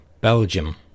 Belgium